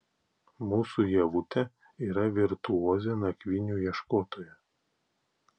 mūsų ievutė yra virtuozė nakvynių ieškotoja